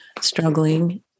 struggling